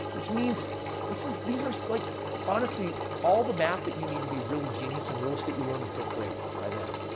which means this is. these are like honestly, all the math that you need to be really genius in real estate you learn in fifth grade by then.